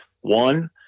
One